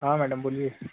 हाँ मैडम बोलिए